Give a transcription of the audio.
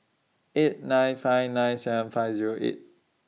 eight nine five nine seven five Zero eight